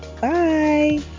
bye